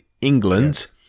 England